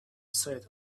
said